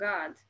God